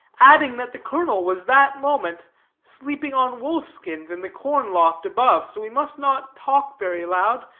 adding that the colonel was that moment sleeping on wolf-skins in the corn-loft above, so we must not talk very loud,